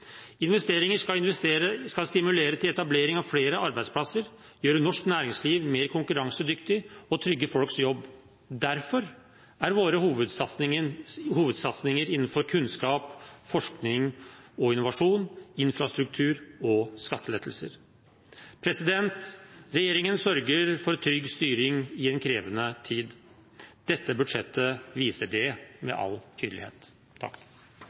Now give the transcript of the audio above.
Investeringer skal stimulere til etablering av flere arbeidsplasser, gjøre norsk næringsliv mer konkurransedyktig og trygge folks jobb. Derfor er våre hovedsatsinger innenfor kunnskap, forskning og innovasjon, infrastruktur og skattelettelser. Regjeringen sørger for trygg styring i en krevende tid. Dette budsjettet viser det med all tydelighet.